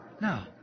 Now